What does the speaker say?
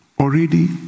already